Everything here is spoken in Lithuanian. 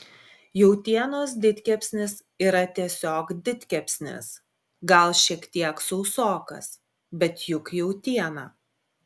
jautienos didkepsnis yra tiesiog didkepsnis gal šiek tiek sausokas bet juk jautiena